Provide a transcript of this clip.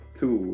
two